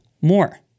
more